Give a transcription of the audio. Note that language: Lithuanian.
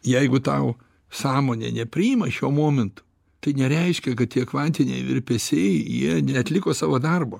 jeigu tau sąmonė nepriima šiuo momentu tai nereiškia kad tie kvantiniai virpesiai jie neatliko savo darbo